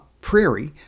prairie